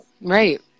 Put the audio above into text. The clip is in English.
right